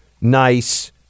nice